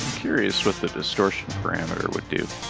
curious what the distortion parameter would do.